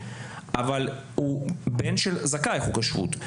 אבל הוא בן של זכאי חוק השבות.